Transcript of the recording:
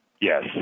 Yes